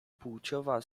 płciowa